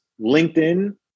LinkedIn